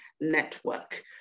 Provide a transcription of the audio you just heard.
Network